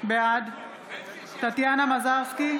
בעד טטיאנה מזרסקי,